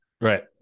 Right